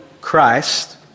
Christ